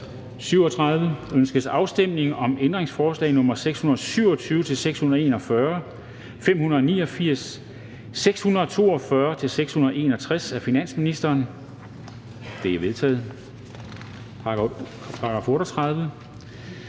Ønskes afstemning om ændringsforslag nr. 627-641, 589 og 642-661 af finansministeren? De er vedtaget.